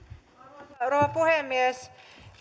arvoisa rouva puhemies